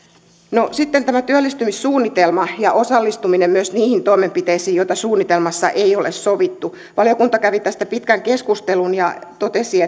no sitten tämä työllistymissuunnitelma ja osallistuminen myös niihin toimenpiteisiin joita suunnitelmassa ei ole sovittu valiokunta kävi tästä pitkän keskustelun ja totesi